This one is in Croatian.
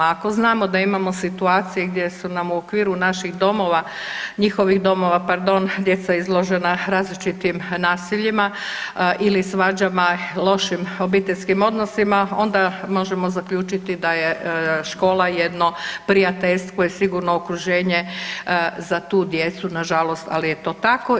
Ako znamo da imamo situacije gdje su nam u okviru naših domova, njihovih domova pardon, djeca izložena različitim nasiljima ili svađama, lošim obiteljskim odnosima onda možemo zaključiti da je škola jedno prijateljsko i sigurno okruženje za tu djecu, nažalost ali je to tako.